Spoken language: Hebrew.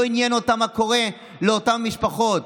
לא עניין אותם מה קורה לאותן משפחות.